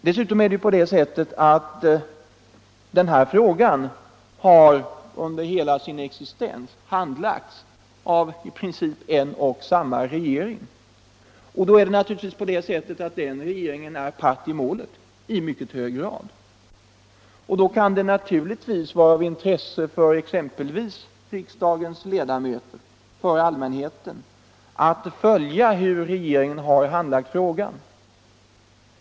Dessutom har den här frågan under hela sin existens handlagts av i princip en och samma regering, och det är då naturligtvis på det sättet att den regeringen är part i målet i mycket hög grad. Av den anledningen kan det vara av intresse för exempelvis riksdagens ledamöter och allmänheten att följa hur regeringen har handlagt frågan.